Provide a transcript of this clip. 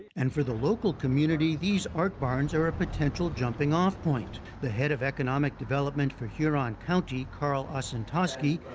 and for the local community, these art barns are a potential jumping-off point. the head of economic development for huron county, carl osentoski,